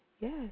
yes